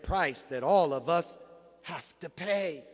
price that all of us have to pay